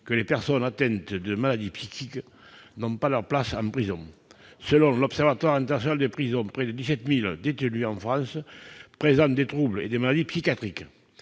que les personnes atteintes de maladies psychiques n'ont pas leur place en prison. Selon l'Observatoire international des prisons, près de 17 000 détenus en France présentent des troubles et des maladies psychiatriques.